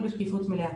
בשקיפות מלאה.